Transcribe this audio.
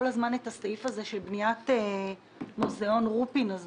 הזמן את הסעיף הזה של בניית מוזיאון רופין הזה